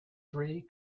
three